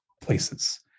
places